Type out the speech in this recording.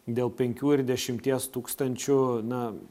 dėl penkių ir dešimties tūkstančių na